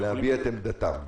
להביע את עמדתם.